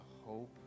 hope